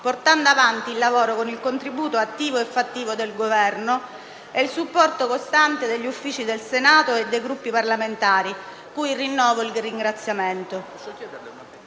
portando avanti il lavoro con il contributo attivo e fattivo del Governo e il supporto costante degli Uffici del Senato e dei Gruppi parlamentari, cui rinnovo il ringraziamento.